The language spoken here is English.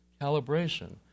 calibration